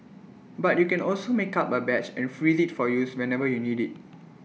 but you can also make up A batch and freeze IT for use whenever you need IT